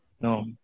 No